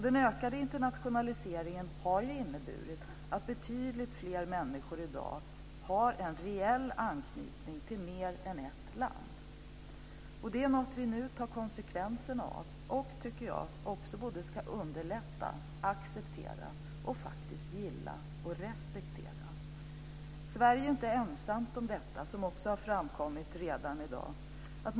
Den ökade internationaliseringen har ju inneburit att betydligt fler människor i dag har en reell anknytning till mer än ett land. Det är något som vi nu tar konsekvenserna av och, tycker jag, ska underlätta, acceptera och faktiskt också gilla och respektera. Sverige är, som också har framkommit tidigare i dag, inte ensamt om detta.